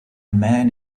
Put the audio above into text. man